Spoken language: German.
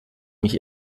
mich